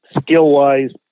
skill-wise